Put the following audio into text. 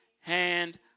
hand